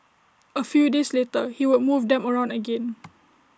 A few days later he would move them around again